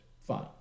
Fine